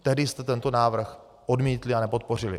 Tehdy jste tento návrh odmítli a nepodpořili.